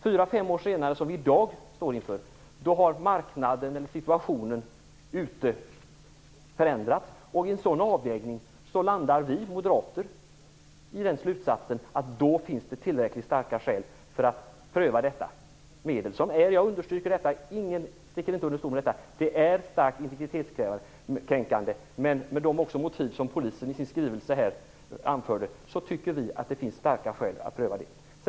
Fyra fem år senare, i det läge vi i dag står inför, har marknaden eller situationen där ute förändrats, och i samma avvägning landar då vi moderater i slutsatsen att det nu finns tillräckligt starka skäl för att pröva detta medel som - jag sticker inte under stol med det - är starkt integritetskränkande. Men vi tycker ändå, även utifrån de motiv som polisen anförde i sin skrivelse, att det finns starka skäl att pröva det.